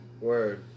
Word